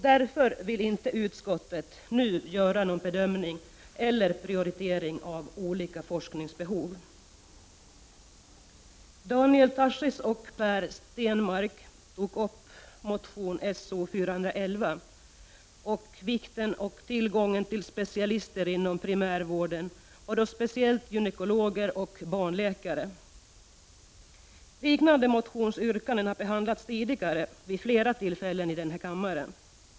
Därför vill inte utskottet nu göra bedömningar eller prioriteringar av olika forskningsbehov. Liknande motionsyrkanden har behandlats tidigare vid flera tillfällen i denna kammare.